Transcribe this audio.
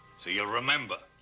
so you'll remember,